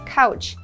Couch